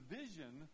vision